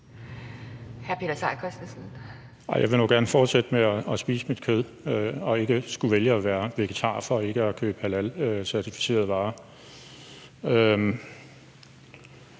Jeg vil nu gerne fortsætte med at spise kød og ikke at skulle vælge at være vegetar for ikke at købe halalcertificerede varer.